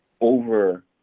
over